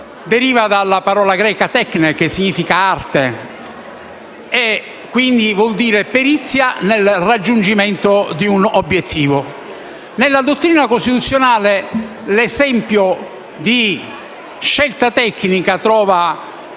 parola greca *téchne*, che significa arte. La parola vuol dire perizia nel raggiungimento di un obiettivo. Nella dottrina costituzionale l'esempio di scelta tecnica trova